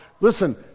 Listen